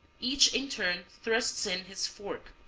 each in turn thrusts in his fork,